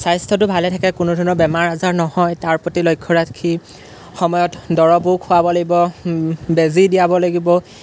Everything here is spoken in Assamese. স্বাস্থ্যটো ভালে থাকে কোনো ধৰণৰ বেমাৰ আজাৰ নহয় তাৰ প্ৰতি লক্ষ্য ৰাখি সময়ত দৰবো খোৱাব লাগিব বেজী দিয়াব লাগিব